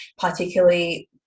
particularly